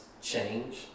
change